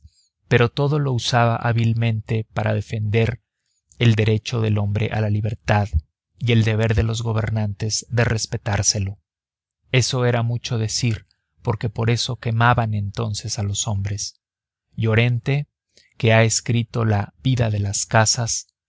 pero todo lo usaba hábilmente para defender el derecho del hombre a la libertad y el deber de los gobernantes de respetárselo eso era mucho decir porque por eso quemaban entonces a los hombres llorente que ha escrito la vida de las casas